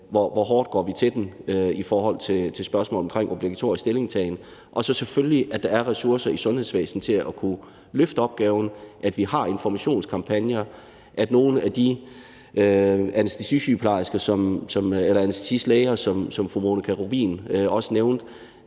hvor hårdt man går til den i forhold til spørgsmålet om obligatorisk stillingtagen. Og så skal der selvfølgelig være ressourcer i sundhedsvæsenet til at kunne løfte opgaven, sådan at vi har informationskampagner og at nogle af de anæstesilæger, som fru Monika Rubin også nævnte,